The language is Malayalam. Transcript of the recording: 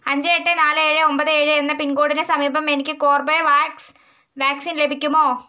അഞ്ച് എട്ട് നാല് ഏഴ് ഒൻപത് ഏഴ് എന്ന പിൻകോഡിന് സമീപം എനിക്ക് കോർബെവാക്സ് വാക്സിൻ ലഭിക്കുമോ